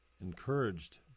encouraged